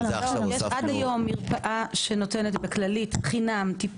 עד היום יש בכללית מרפאה שנותנת טיפול